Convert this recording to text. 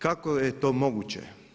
Kako je to moguće?